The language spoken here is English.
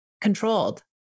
controlled